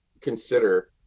consider